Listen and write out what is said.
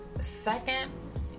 Second